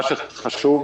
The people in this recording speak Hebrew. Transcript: מה שחשוב,